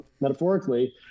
metaphorically